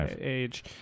age